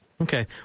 Okay